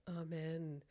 amen